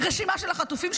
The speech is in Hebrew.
רשימה של החטופים,